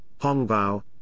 Hongbao